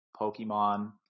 Pokemon